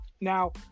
Now